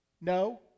No